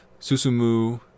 Susumu